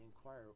inquire